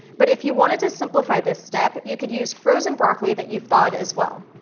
but, if you wanted to simplify this step, you could use frozen broccoli that you've thawed as well.